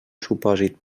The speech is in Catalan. supòsit